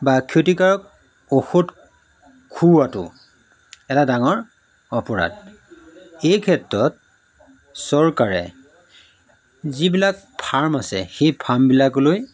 বা ক্ষতিকাৰক ঔষধ খুওৱাটো এটা ডাঙৰ অপৰাধ এই ক্ষেত্ৰত চৰকাৰে যিবিলাক ফাৰ্ম আছে সেই ফাৰ্মবিলাকলৈ